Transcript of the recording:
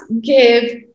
give